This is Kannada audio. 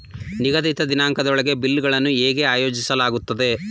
ನಿಗದಿತ ದಿನಾಂಕದೊಳಗೆ ಬಿಲ್ ಗಳನ್ನು ಹೇಗೆ ಆಯೋಜಿಸಲಾಗುತ್ತದೆ?